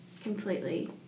completely